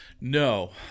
No